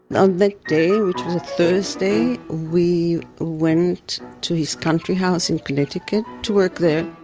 on that day, which was a thursday, we went to his country house in connecticut, to work there,